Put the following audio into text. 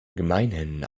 gemeinhin